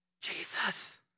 Jesus